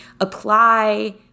apply